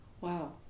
Wow